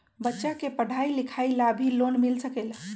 बच्चा के पढ़ाई लिखाई ला भी लोन मिल सकेला?